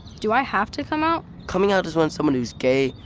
do i have to come out? coming out is when someone who's gay,